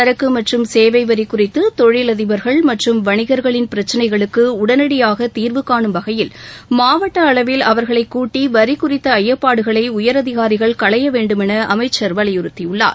சரக்கு மற்றும் சேவைவரி குறித்து தொழிலதிபர்கள் மற்றும் வணிகள்களின் பிரச்சினைகளுக்கு உடனடியாக தீர்வு கானும் வகையில் மாவட்ட அளவில் அவர்களை கூட்டி வரி குறித்த ஐயப்பாடுகளை உயரதிகாரிகள் களைய வேண்டுமென அமைச்சள் வலியுறுத்தியுள்ளார்